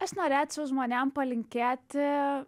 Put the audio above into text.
aš norėčiau žmonėm palinkėti